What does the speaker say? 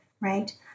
right